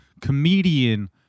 Comedian